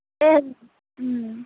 ए ओं